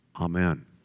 Amen